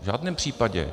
V žádném případě.